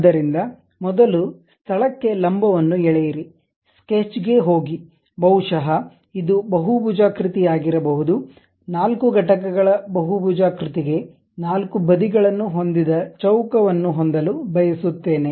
ಆದ್ದರಿಂದ ಮೊದಲು ಸ್ಥಳಕ್ಕೆ ಲಂಬವನ್ನು ಎಳೆಯಿರಿ ಸ್ಕೆಚ್ಗೆ ಹೋಗಿ ಬಹುಶಃ ಇದು ಬಹುಭುಜಾಕೃತಿಯಾಗಿರಬಹುದು 4 ಘಟಕಗಳ ಬಹುಭುಜಾಕೃತಿಗೆ ನಾಲ್ಕು ಬದಿಗಳನ್ನು ಹೊಂದಿದ ಚೌಕವನ್ನು ಹೊಂದಲು ಬಯಸುತ್ತೇನೆ